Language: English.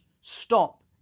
stop